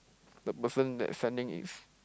the person that is sending is